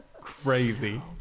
crazy